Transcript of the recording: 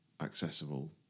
accessible